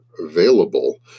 available